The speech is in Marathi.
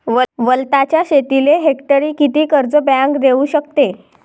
वलताच्या शेतीले हेक्टरी किती कर्ज बँक देऊ शकते?